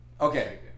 Okay